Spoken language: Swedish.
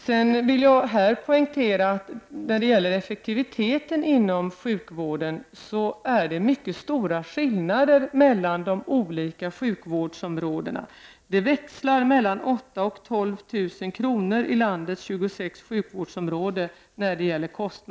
Jag vill poängtera att det beträffande effektiviteten inom sjukvården är mycket stora skillnader mellan de olika sjukvårdsområdena. Kostnaderna växlar mellan 8 000 och 12 000 kr. i landets 26 sjukvårdsområden.